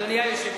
אני חושב,